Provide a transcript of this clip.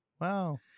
Wow